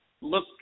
look